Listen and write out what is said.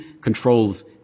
controls